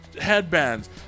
headbands